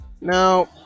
now